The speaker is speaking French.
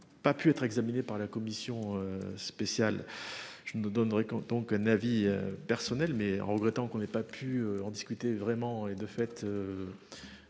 pas pu être examiné par la commission. Spéciale. Je ne me donnerai donc un avis personnel mais regrettant qu'on n'ait pas pu en discuter vraiment et de fait.